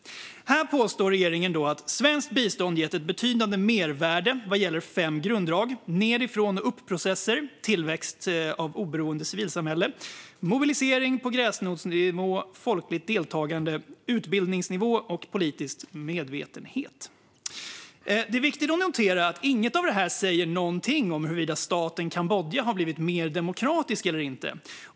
Här påstår regeringen att svenskt bistånd gett ett betydande mervärde vad gäller fem grunddrag i nedifrån-och-upp-processer: tillväxt av oberoende civilsamhällen, mobilisering på gräsrotsnivå, folkligt deltagande, utbildningsnivå och politisk medvetenhet. Det är viktigt att notera att inget av detta säger någonting om huruvida staten Kambodja har blivit mer demokratisk eller inte.